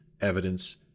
evidence